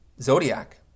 Zodiac